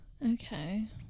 Okay